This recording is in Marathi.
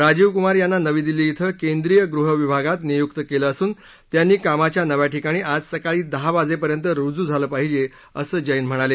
राजीव कुमार यांना नवी दिल्ली इथं केंद्रीय गृह विभागात नियुक्त केलं असून त्यांनी कामाच्या नव्या ठिकाणी आज सकाळी दहा वाजेपर्यंत रुजू झालं पाहिजे असं जेन म्हणाले